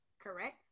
correct